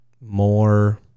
more